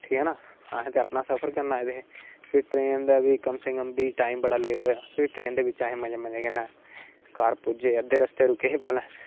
असें ते अपना सफर करन आए दे हे फिर ट्रेन दा बी कम् से कम बी टाइम बड़ा लेट होआ फिर ट्रेन दे बिच असें मजे मजे कन्नै घार पुज्जे अद्धे रस्ते च रुके हे पैहलें